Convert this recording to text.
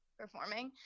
performing